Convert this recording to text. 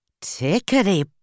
tickety